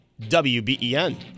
WBEN